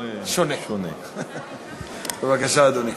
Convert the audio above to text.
בבקשה, אדוני.